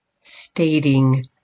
stating